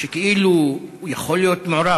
מהתשובה כאילו הוא יכול להיות מעורב,